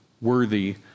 worthy